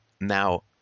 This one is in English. Now